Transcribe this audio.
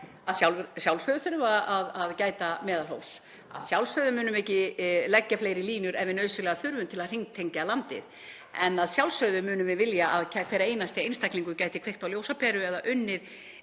Að sjálfsögðu þurfum við að gæta meðalhófs. Að sjálfsögðu munum ekki leggja fleiri línur en við nauðsynlega þurfum til að hringtengja landið. En að sjálfsögðu munum við vilja að hver einasti einstaklingur geti kveikt á ljósaperu eða unnið